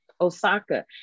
Osaka